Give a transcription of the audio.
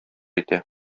итә